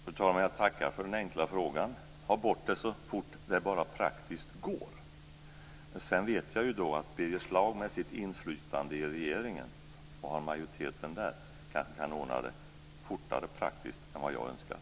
Fru talman! Jag tackar för den enkla frågan. Jag vill ha bort dessa medel så fort som det bara praktiskt går. Jag vet dessutom att Birger Schlaug med sitt inflytande i regeringen och i majoriteten bakom den praktiskt kan ordna detta fortare än vad ens jag kan.